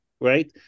right